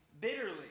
bitterly